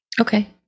Okay